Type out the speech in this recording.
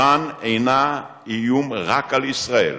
אירן אינה איום רק על ישראל.